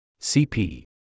CP